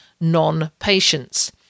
non-patients